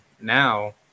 now